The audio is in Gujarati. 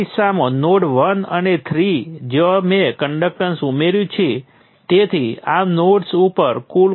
અને સમાન સમસ્યા નોડ 2 સાથે થાય છે મૂળભૂત રીતે વોલ્ટેજ સ્રોત નોડ 1 અને નોડ 2 ની વચ્ચે જોડાયેલ છે